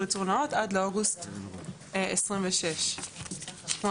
ייצור נאות עד לאוגוסט 2026. כלומר,